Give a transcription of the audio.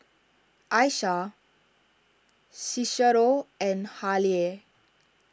Aisha Cicero and Hallie